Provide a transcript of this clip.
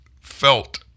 felt